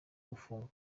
gufungwa